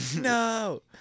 no